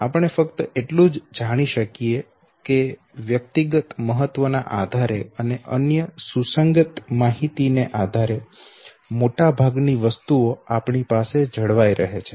આપણે ફક્ત એટલું જ જાણીએ છીએ કે વ્યક્તિગત મહત્વના આધારે અને અન્ય સુસંગત માહિતી ને આધારે મોટાભાગ ની વસ્તુઓ આપણી પાસે જળવાઈ રહે છે